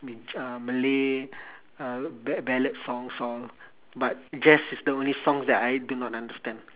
malay uh ba~ ballad songs all but jazz is the only songs that I do not understand